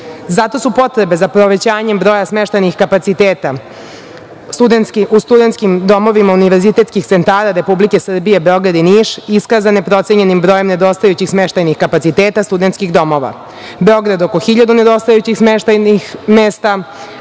Zato su potrebe za povećanjem broja smeštenih kapaciteta u studentskim domovima univerzitetskih centara Republike Srbije Beograd i Niš iskazane procenjenim brojem nedostajućih smeštajnih kapaciteta studentskih domova. Beograd oko 1.000 nedostajućih smeštajnih mesta,